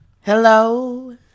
Hello